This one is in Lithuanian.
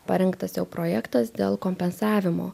parengtas jau projektas dėl kompensavimo